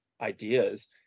ideas